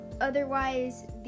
otherwise